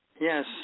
Yes